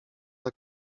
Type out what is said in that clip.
tak